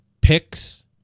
picks